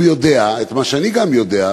הוא יודע את מה שגם אני יודע,